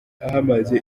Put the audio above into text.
ahamaze